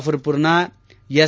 ಫರ್ಪುರ್ನ S